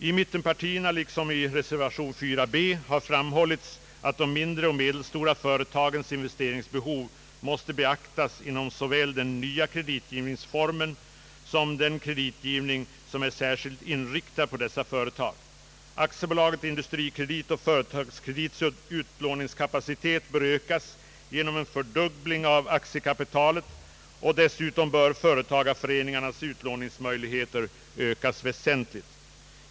I mittenpartimotionen liksom i reservation 4 har framhållits att de mindre och medelstora företagens investeringsbehov måste beaktas inom såväl den nya kreditgivningsformen som den kreditgivning vilken är särskilt inriktad på dessa företag. AB Industrikredits och AB Företagskredits utlåningskapacitet bör ökas genom en fördubbling av aktiekapitalet, och dessutom bör företa gareföreningarnas utlåningsmöjligheter ökas väsentligt.